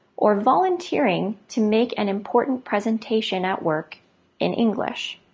or volunteering to make an important presentation at work in english.